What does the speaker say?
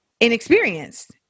inexperienced